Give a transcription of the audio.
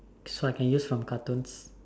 so I can use from cartoons